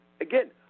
Again